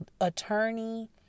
attorney